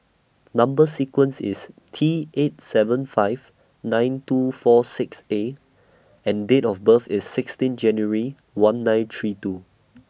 Number sequence IS T eight seven five nine two four six A and Date of birth IS sixteen January one nine three two